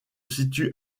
situe